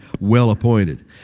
well-appointed